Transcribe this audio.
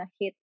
hit